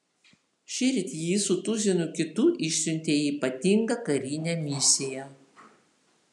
šįryt jį su tuzinu kitų išsiuntė į ypatingą karinę misiją